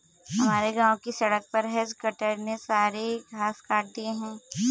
हमारे गांव की सड़क पर हेज कटर ने सारे घास काट दिए हैं